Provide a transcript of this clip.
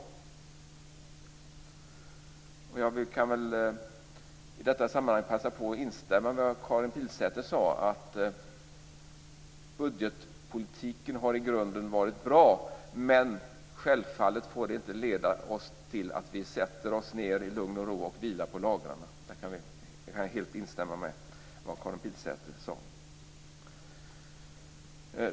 I detta sammanhang vill jag passa på att instämma i det som Karin Pilsäter sade, att budgetpolitiken i grunden hade varit bra, men självfallet får detta inte leda till att vi sätter oss ned i lugn och ro och vilar på lagrarna.